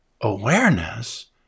Awareness